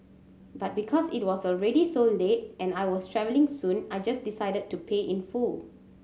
but because it was already so late and I was travelling soon I just decided to pay in full